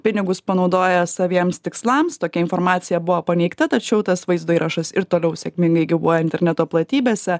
pinigus panaudoja saviems tikslams tokia informacija buvo paneigta tačiau tas vaizdo įrašas ir toliau sėkmingai gyvuoja interneto platybėse